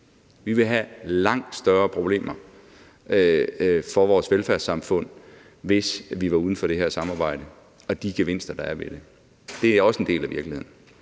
Der ville være langt større problemer for vores velfærdssamfund, hvis vi var uden for det her samarbejde og ikke høstede de gevinster, der er ved det. Det er også en del af virkeligheden.